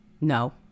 No